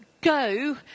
go